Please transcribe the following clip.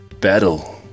battle